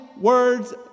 words